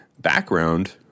background